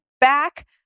back